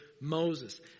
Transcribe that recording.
Moses